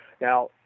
Now